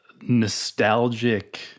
nostalgic